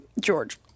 George